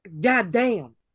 goddamn